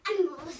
Animals